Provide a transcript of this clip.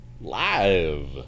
Live